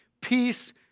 Peace